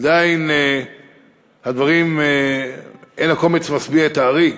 עדיין, הדברים, אין הקומץ משביע את הארי,